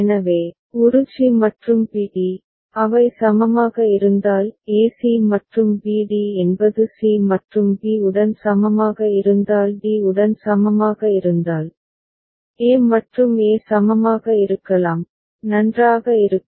எனவே ஒரு சி மற்றும் பி டி அவை சமமாக இருந்தால் a c மற்றும் b d என்பது c மற்றும் b உடன் சமமாக இருந்தால் d உடன் சமமாக இருந்தால் a மற்றும் e சமமாக இருக்கலாம் நன்றாக இருக்கும்